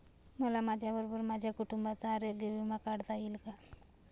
मला माझ्याबरोबर माझ्या कुटुंबाचा आरोग्य विमा काढता येईल का?